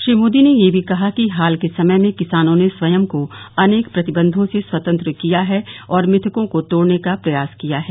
श्री मोदी ने यह भी कहा कि हाल के समय में किसानों ने स्वयं को अनेक प्रतिबंधों से स्वतंत्र किया है और मिथकों को तोड़ने का प्रयास किया है